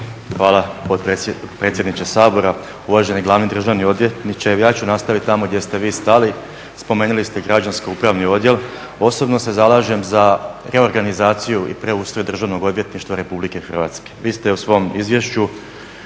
Hvala predsjedniče Sabora. Uvaženi glavni državni odvjetniče, evo ja ću nastaviti tamo gdje ste vi stali. Spomenuli ste građansko upravni odjel, osobno se zalažem za reorganizaciju i preustroj Državnog odvjetništva RH. Vi ste u svom izvješću